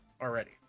already